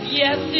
yes